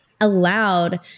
allowed